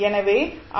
எனவே ஆர்